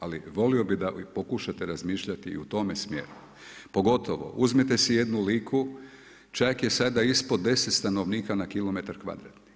Ali volio bih da pokušate razmišljati i u tome smislu, pogotovo uzmite si jednu Liku, čak je sada ispod 10 stanovnika na kilometar kvadratni.